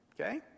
Okay